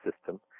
system